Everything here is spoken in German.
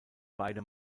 beide